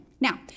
now